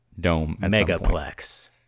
megaplex